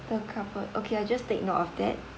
per couple okay I'll just take note of that